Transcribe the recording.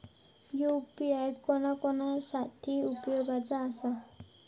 UPI कोणा कोणा साठी उपयोगाचा आसा?